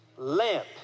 Lamp